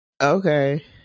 okay